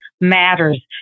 matters